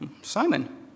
Simon